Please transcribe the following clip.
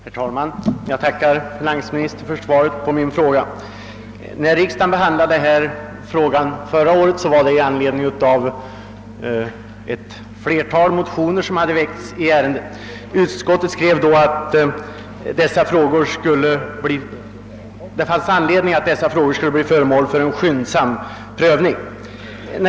Herr talman! Jag tackar finansministern för svaret på min fråga. När riksdagen behandlade detta ärende förra året i anledning av ett flertal motioner skrev utskottet att det borde bli föremål för en skyndsam prövning.